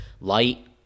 Light